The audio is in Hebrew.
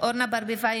אורנה ברביבאי,